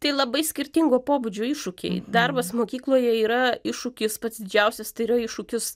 tai labai skirtinga pobūdžio iššūkiai darbas mokykloje yra iššūkis pats didžiausias tai yra iššūkis